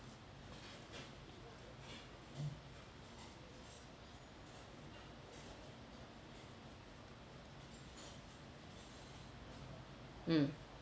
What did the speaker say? mm